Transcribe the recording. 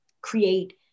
create